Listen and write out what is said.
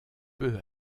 peu